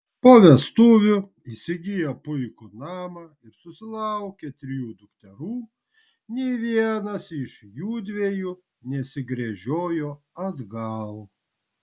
po vestuvių įsigiję puikų namą ir susilaukę trijų dukterų nė vienas iš jųdviejų nesigręžiojo atgal